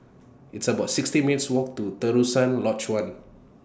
It's about sixteen minutes' Walk to Terusan Lodge one